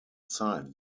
zeit